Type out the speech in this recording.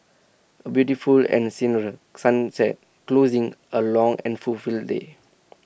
A beautiful and senery sunset closing A long and full full day